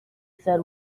said